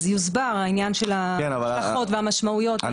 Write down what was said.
אז יוסבר העניין של ההשלכות והמשמעויות.